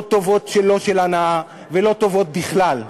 לא טובות שלא של הנאה ולא טובות בכלל.